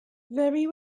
very